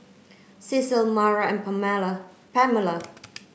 Cecil Maura and Pamela